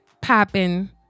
popping